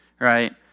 right